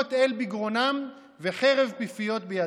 רוממות אל בגרונם וחרב פיפיות בידם.